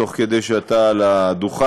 תוך כדי שאתה על הדוכן,